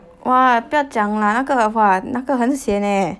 !wah! 不要讲 lah 那个 !wah! 那个很 sian leh